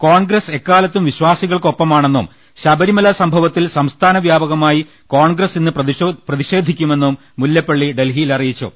കോൺഗ്രസ് എക്കാലത്തും വിശ്വാസികൾക്കൊപ്പമാ ണെന്നും ശബരിമല സംഭവത്തിൽ സംസ്ഥാന വ്യാപകമായി കോൺഗ്രസ് ഇന്ന് പ്രതിഷേധിക്കുമെന്നും മുല്ലപ്പള്ളി ഡൽഹിയിൽ അറിയിച്ചു